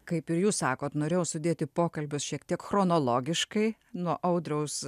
kaip ir jūs sakot norėjau sudėti pokalbius šiek tiek chronologiškai nuo audriaus